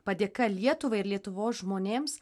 padėka lietuvai ir lietuvos žmonėms